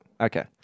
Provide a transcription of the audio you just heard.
Okay